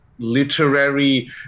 literary